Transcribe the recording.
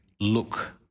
look